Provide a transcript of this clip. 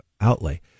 outlay